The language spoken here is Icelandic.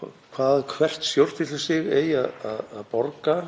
hvað hvert stjórnsýslustig eigi að borga